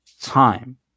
time